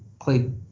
played